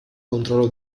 controllo